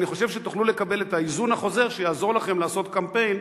אני חושב שתוכלו לקבל את ההיזון החוזר שיעזור לכם לעשות קמפיין,